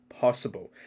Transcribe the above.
possible